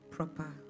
proper